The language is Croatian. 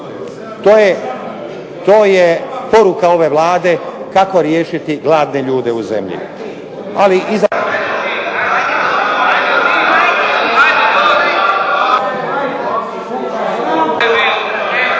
To je poruka ove Vlade kako riješiti gladne ljude u zemlji.